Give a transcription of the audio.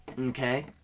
Okay